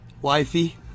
Wifey